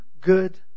good